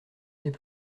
n’est